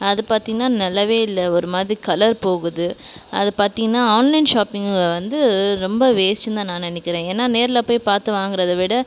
அது பார்த்தீங்கன்னா நல்லாவே இல்லை ஒரு மாதிரி கலர் போகுது அது பார்த்தீங்கன்னா ஆன்லைன் ஷாப்பிங் வந்து ரொம்ப வேஸ்ட்டுன்னு தான் நினைக்கிறேன் ஏன்னா நேரில் போய் பார்த்து வாங்குகிறத விட